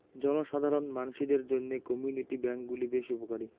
জনসাধারণ মানসিদের জইন্যে কমিউনিটি ব্যাঙ্ক গুলি বেশ উপকারী